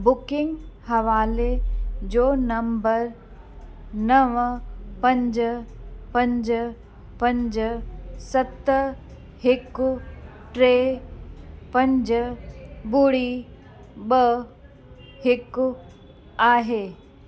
booking हवाले जो number नव पंज पंज पंज सत हिकु टे पंज ॿुड़ी ॿ हिकु आहे